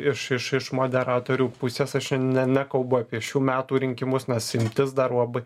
iš iš iš moderatorių pusės aš čia ne nekalbu apie šių metų rinkimus nes imtis dar labai